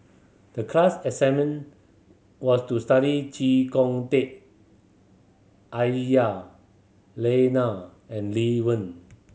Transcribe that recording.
the class assignment was to study Chee Kong Tet Aisyah Lyana and Lee Wen